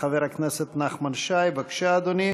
חבר הכנסת נחמן שי, בבקשה, אדוני.